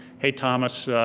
hey thomas.